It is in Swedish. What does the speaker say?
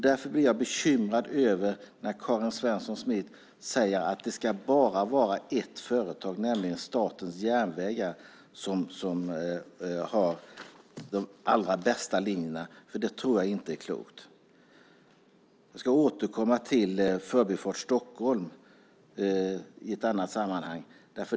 Därför blir jag bekymrad när Karin Svensson Smith säger att det bara ska vara ett företag, nämligen Statens järnvägar, som har de allra bästa linjerna. Det tror jag inte är klokt. Jag ska återkomma till Förbifart Stockholm i annat sammanhang.